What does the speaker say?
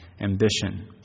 ambition